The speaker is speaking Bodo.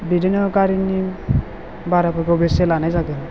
बिदिनो गारिनि भाराफोरखौ बेसेबां लानाय जागोन